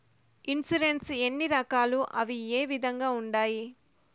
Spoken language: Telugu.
ఇన్సూరెన్సు ఎన్ని రకాలు అవి ఏ విధంగా ఉండాయి